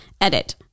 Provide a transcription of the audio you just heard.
edit